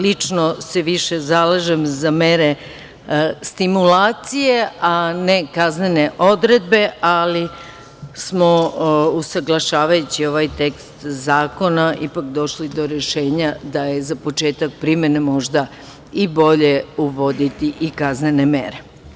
Lično se više zalažem za mere stimulacije, a ne kaznene odredbe, ali smo usaglašavajući ovaj tekst zakona ipak došli do rešenja da je za početak primene možda i bolje uvoditi i kaznene mere.